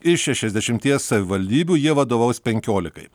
iš šešiasdešimties savivaldybių jie vadovaus penkiolikai